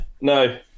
no